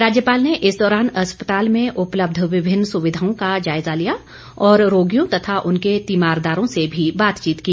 राज्यपाल ने इस दौरान अस्पताल में उपलब्ध विभिन्न सुविधाओं का जायजा लिया और रोगियों तथा उनके तीमारदारों से भी बातचीत की